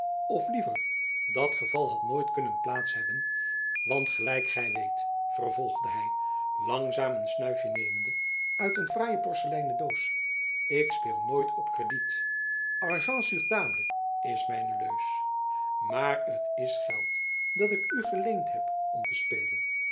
of liever dat geval had nooit kunnen plaats hebben want gelijk gy jacob van lennep elizabeth musch weet vervolgde hy langzaam een snuifjen nemende uit een fraaie porceleinen doos ik speel nooit op krediet argent sur table is mijne leus maar t is geld dat ik u geleend heb om te spelen